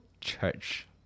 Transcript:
Church